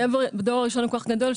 הכאב בדור הראשון הוא כל כך גדול,